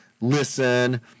Listen